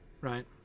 right